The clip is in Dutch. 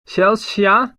chelsea